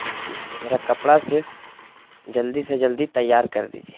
جی میرا کپڑا صرف جلدی سے جلدی تیار کر دیجیے